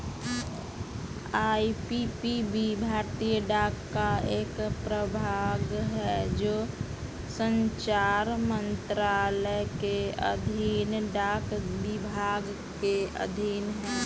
IPPB भारतीय डाक का एक प्रभाग है जो संचार मंत्रालय के अधीन डाक विभाग के अधीन है